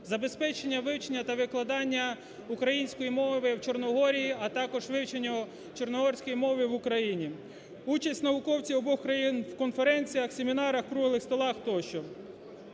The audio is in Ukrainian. забезпечення вивчення та викладання української мови в Чорногорії, а також вивченню чорногорської мови в Україні, участь науковців обох країн в конференціях, семінарах, круглих столах тощо.